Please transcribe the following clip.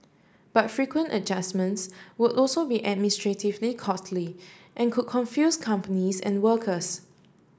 but frequent adjustments would also be administratively costly and could confuse companies and workers